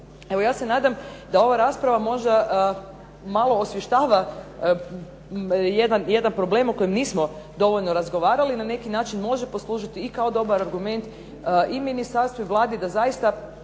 Evo ja se nadam da ova rasprava možda malo osvještava jedan problem o kojem nismo dovoljno razgovarali. Na neki način može poslužiti i kao dobar argument i ministarstvu i Vladi da zaista